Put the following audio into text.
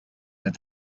that